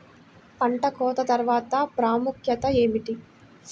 పంట కోత తర్వాత ప్రాముఖ్యత ఏమిటీ?